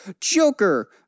Joker